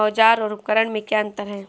औज़ार और उपकरण में क्या अंतर है?